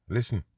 Listen